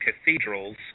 cathedrals